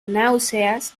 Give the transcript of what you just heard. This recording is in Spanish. náuseas